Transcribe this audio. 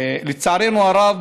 לצערנו הרב,